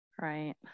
right